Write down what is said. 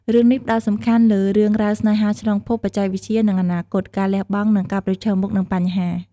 រឿងនេះផ្តោតសំខាន់លើរឿងរ៉ាវស្នេហាឆ្លងភព បច្ចេកវិទ្យា និងអនាគត ការលះបង់ និងការប្រឈមមុខនឹងបញ្ហា ។